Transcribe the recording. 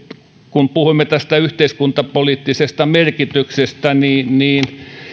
kun puhuimme tästä yhteiskuntapoliittisesta merkityksestä että